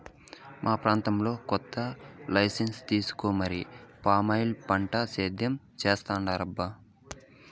మా ప్రాంతంలో కొత్తగా లైసెన్సు తీసుకొని మరీ పామాయిల్ పంటని సేద్యం చేత్తన్నారబ్బా